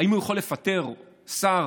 האם הוא יכול לפטר שר